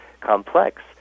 complex